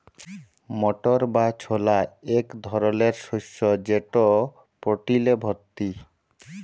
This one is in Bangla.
মটর বা ছলা ইক ধরলের শস্য যেট প্রটিলে ভত্তি